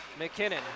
McKinnon